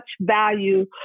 value